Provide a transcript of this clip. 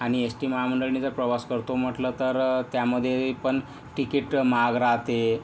आणि S T महामंडळने जर प्रवास करतो म्हटलं तर त्यामध्ये पण तिकीट महाग राहते